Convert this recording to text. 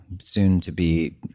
soon-to-be